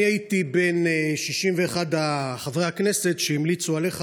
אני הייתי בין 61 חברי הכנסת שהמליצו עליך,